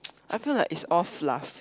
I feel like it's all fluff